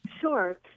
Sure